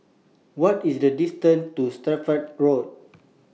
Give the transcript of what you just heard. What IS The distance to Suffolk Road